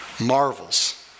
marvels